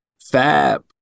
Fab